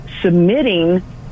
submitting